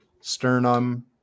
Sternum